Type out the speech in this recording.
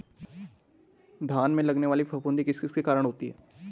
धान में लगने वाली फफूंदी किस किस के कारण होती है?